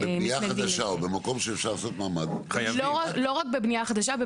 בבנייה חדשה או במקום שאפשר לעשות ממ"ד --- לא רק בבנייה חדשה.